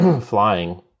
flying